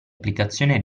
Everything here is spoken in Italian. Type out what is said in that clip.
applicazione